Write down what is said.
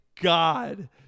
god